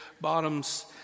bottoms